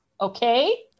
Okay